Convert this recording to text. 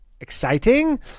exciting